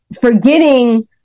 forgetting